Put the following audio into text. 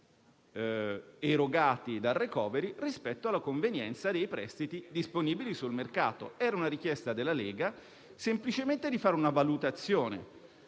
erogati dal *recovery* rispetto alla convenienza dei prestiti disponibili sul mercato. La richiesta della Lega era semplicemente di fare una valutazione.